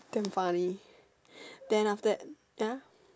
damn funny then after that ya